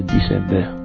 December